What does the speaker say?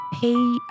pay